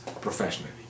professionally